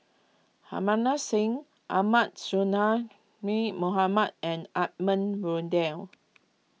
Harbans Singh Ahmad Sonhadji Mohamad and Edmund Blundell